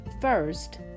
first